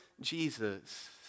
Jesus